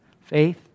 Faith